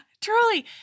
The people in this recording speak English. truly